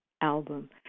album